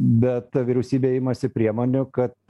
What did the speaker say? bet vyriausybė imasi priemonių kad